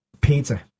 pizza